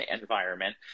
environment